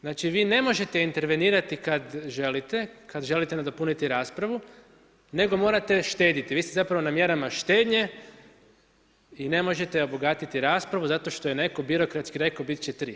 Znači, vi ne možete intervenirati kad želite nadopuniti raspravu, nego morate štediti, vi ste zapravo na mjerama štednje i ne možete obogatiti raspravu zato što je netko birokratski rekao bit će tri.